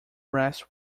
rest